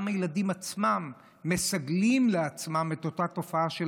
גם הילדים עצמם מסגלים לעצמם את אותה תופעה של